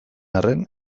arren